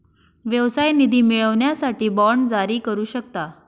व्यवसाय निधी मिळवण्यासाठी बाँड जारी करू शकता